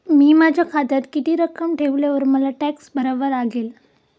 मी माझ्या खात्यात किती रक्कम ठेवल्यावर मला टॅक्स भरावा लागेल?